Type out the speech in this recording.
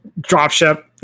dropship